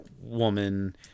woman